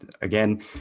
again